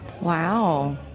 Wow